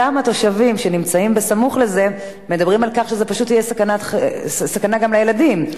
התושבים שנמצאים סמוך לזה מדברים על כך שזו פשוט תהיה סכנה גם לילדים,